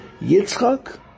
yitzchak